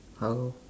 how